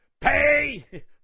pay